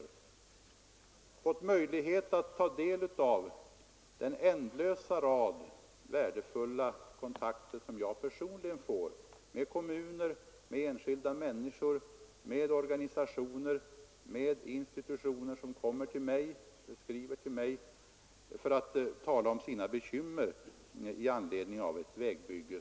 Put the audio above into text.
Därigenom skulle han ha fått möjlighet att ta del av den ändlösa rad av värdefulla kontakter som jag personligen får med kommuner, enskilda människor, organisationer och institutioner, som kommer till mig eller skriver till mig för att tala om sina bekymmer i anledning av ett planerat vägbygge.